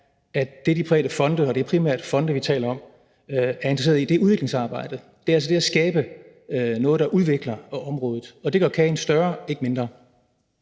at det, de private fonde – og det er primært fonde, vi taler om – er interesserede i, er udviklingsarbejdet, altså det at skabe noget, der udvikler området. Det gør kagen større, ikke mindre.